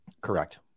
Correct